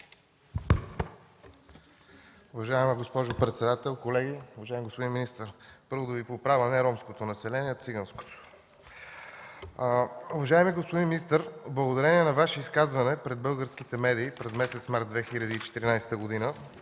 Уважаема госпожо председател, колеги! Уважаеми господин министър, първо да Ви поправя – не ромското население, а циганското. Уважаеми господин министър, благодарение на Ваше изказване пред българските медии през месец март 2014 г.